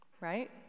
right